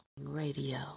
Radio